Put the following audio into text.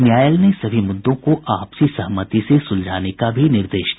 न्यायालय ने सभी मुद्दों को आपसी सहमति से सुलझाने का निर्देश दिया